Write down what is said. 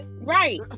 Right